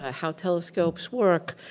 how telescopes work,